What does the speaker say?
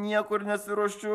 niekur nesiruošiu